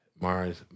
Mars